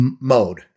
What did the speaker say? mode